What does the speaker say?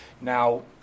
Now